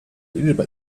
日本